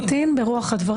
לחלוטין ברוח הדברים.